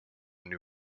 new